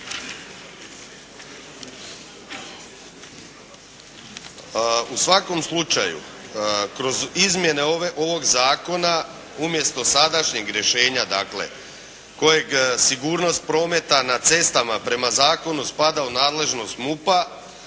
U svakom slučaju kroz izmjene ovog zakona umjesto sadašnjeg rješenja kojeg sigurnost prometa na cestama prema zakona spada u nadležnost MUP-a,